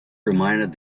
reminded